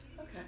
Okay